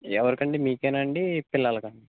ఎవరికండి మీకేనా అండి పిల్లలకా